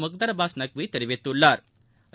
முக்தாா் அபாஸ் நக்வி தெரிவித்துள்ளாா்